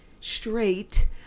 straight